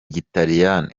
gitaliyani